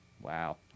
Wow